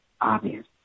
obvious